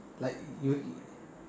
like you